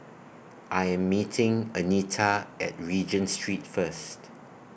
I Am meeting Anita At Regent Street First